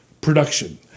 production